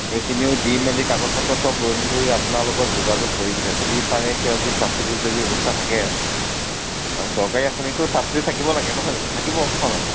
এইখিনিও দি মেলি কাগজপত্ৰ চব লৈ মেলি আপোনাল লগত যোগাযোগ কৰিমগৈ যদি পাৰে কিবা কিবি চাবচিডি যদি ব্যৱস্থা থাকে আৰু চৰকাৰী আঁচনিটো চাবচিডি থাকিব লাগে নহয় জানো থাকিব হয় নহয়